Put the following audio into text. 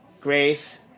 Grace